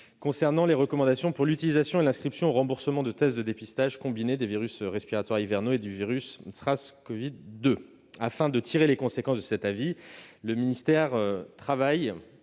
concernant les recommandations pour l'utilisation et l'inscription au remboursement de tests de dépistage combinés des virus respiratoires hivernaux et du virus SARS-CoV-2. Afin de tirer les conséquences de cet avis, le ministère travaille